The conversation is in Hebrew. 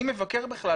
אני מבכר בכלל,